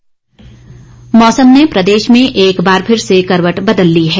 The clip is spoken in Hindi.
मौसम मौसम ने प्रदेश में एक बार फिर से करवट बदल ली है